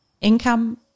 income